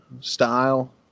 style